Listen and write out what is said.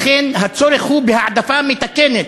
לכן הצורך הוא בהעדפה מתקנת,